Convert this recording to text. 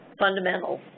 fundamentals